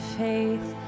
faith